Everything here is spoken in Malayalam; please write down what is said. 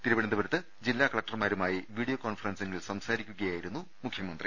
തിരുവനന്തപുരത്ത് ജില്ലാ കലക്ടർമാ രുമായി വീഡിയോ കോൺഫറൻസിങ്ങിൽ സംസാരിക്കുകയായി രുന്നു മുഖ്യമന്ത്രി